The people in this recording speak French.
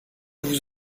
vous